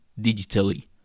digitally